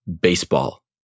baseball